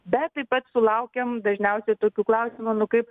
bet taip pat sulaukiam dažniausiai tokių klausimų nu kaip